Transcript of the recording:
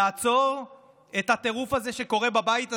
לעצור את הטירוף הזה שקורה בבית הזה,